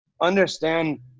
understand